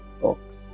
books